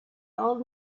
old